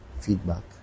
feedback